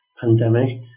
pandemic